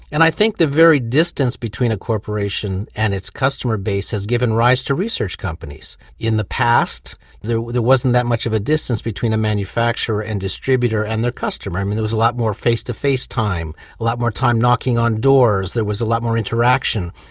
and i think the very distance between a corporation and its customer base has given rise to research companies. in the past there there wasn't that much of the distance between a manufacturer and distributor and their customer. um there was a lot more face-to-face time, lot more time knocking on doors, there was a lot more interaction.